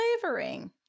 flavoring